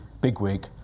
bigwig